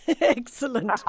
excellent